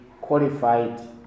qualified